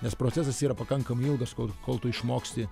nes procesas yra pakankamai ilgas kol kol tu išmoksti